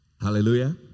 Hallelujah